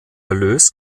erlös